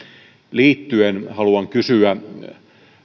liittyen haluan kysyä